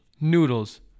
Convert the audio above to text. Noodles